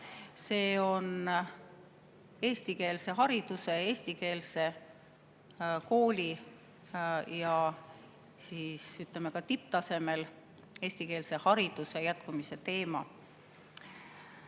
See on eestikeelse hariduse, eestikeelse kooli ja, ütleme, ka tipptasemel eestikeelse hariduse jätkumise teema.